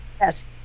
yes